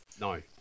No